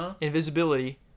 invisibility